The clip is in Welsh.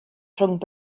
rhwng